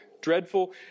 dreadful